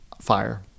Fire